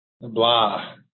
blah